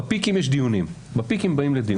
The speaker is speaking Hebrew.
בפיקים יש דיונים, בפיקים באים לדיונים.